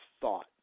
thought